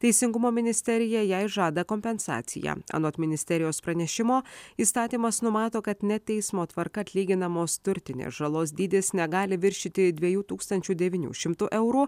teisingumo ministerija jai žada kompensaciją anot ministerijos pranešimo įstatymas numato kad ne teismo tvarka atlyginamos turtinės žalos dydis negali viršyti dviejų tūkstančių devynių šimtų eurų